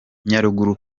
nyaruguru